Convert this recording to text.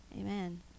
amen